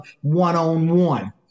one-on-one